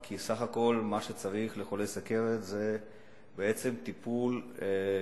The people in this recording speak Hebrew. כי סך הכול מה שצריך לחולה סוכרת זה בעצם טיפול יומיומי,